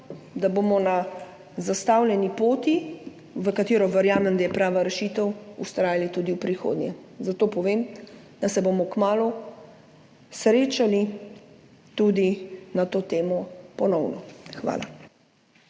da bomo na zastavljeni poti, v katero verjamem, da je prava rešitev, vztrajali tudi v prihodnje. Zato povem, da se bomo kmalu srečali tudi na to temo ponovno. Hvala.